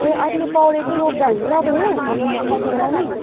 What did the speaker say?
ए अहिले कौडे चाहिँ रोप्दा हुन्छ अब यो यो यति बेला नै